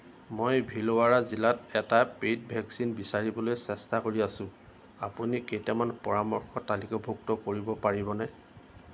মই ভিলৱাৰা জিলাত এটা পেইড ভেকচিন বিচাৰিবলৈ চেষ্টা কৰি আছোঁ আপুনি কেইটামান পৰামৰ্শ তালিকাভুক্ত কৰিব পাৰিবনে